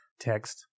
Text